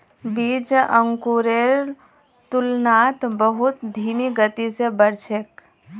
बीज अंकुरेर तुलनात बहुत धीमी गति स बढ़ छेक